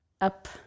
up